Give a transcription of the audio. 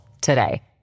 today